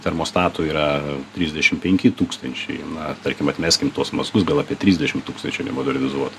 termostato yra trisdešim penki tūkstančiai na tarkim atmeskim tuos mazgus gal apie trisdešim tūkstančių nemodernizuotų